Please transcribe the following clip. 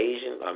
Asian